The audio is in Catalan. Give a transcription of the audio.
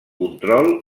control